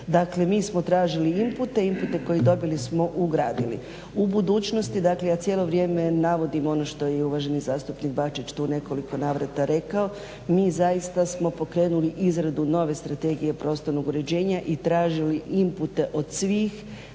Dakle, mi smo tražili impute, impute koje dobili smo ugradili. U budućnosti dakle ja cijelo vrijeme navodim ono što je i uvaženi zastupnik Bačić tu u nekoliko navrata rekao, mi zaista smo pokrenuli izradu nove strategije prostornog uređenja i tražili impute od svih